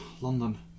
London